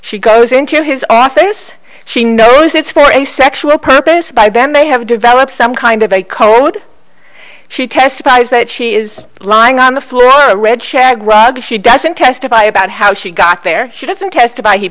she goes into his office she knows it's for a sexual purpose by then they have developed some kind of a code she testifies that she is lying on the floor on a red shag rug she doesn't testify about how she got there she doesn't testify he